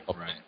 right